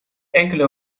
enkele